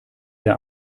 der